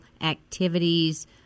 activities